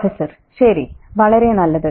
prof ശരി വളരെ നല്ലത്